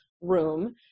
room